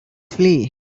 flee